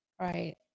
Right